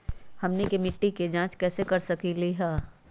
हमनी के मिट्टी के जाँच कैसे कर सकीले है?